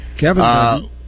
Kevin